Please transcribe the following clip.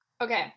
Okay